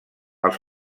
els